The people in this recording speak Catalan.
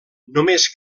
només